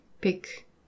pick